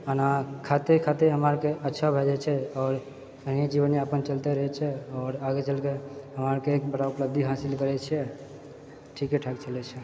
खाना खाइते खाइते हमरा आरके अच्छा भए जाइत छेै आओर इएह जीवनयापन चलिते रहैछेै आओर आगे चलिके हमरा आरके ई बड़ा उपलब्धि हासिल करएके छै ठीकेठाक चलैछेै